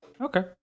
okay